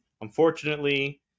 unfortunately